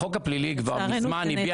החוק הפלילי כבר מזמן הביע